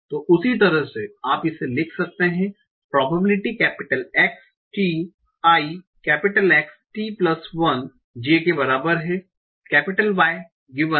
तो उसी तरह से आप इसे लिख सकते हैं probability X t i X t1 j के बराबर है Y